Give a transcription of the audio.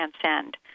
transcend